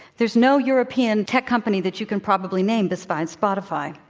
there's no european tech company that you can probably name besides spotify.